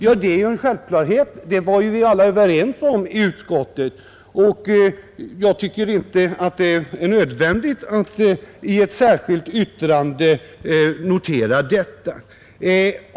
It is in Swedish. Ja, det är ju en självklarhet, det var vi alla överens om i utskottet, och jag tycker inte att det är nödvändigt att i ett särskilt yttrande notera detta.